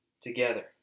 together